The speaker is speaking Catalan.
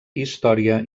història